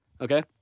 Okay